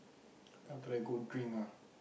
how can I go drink ah